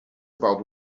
about